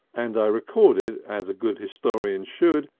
and i record it as a good historian should,